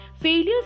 failures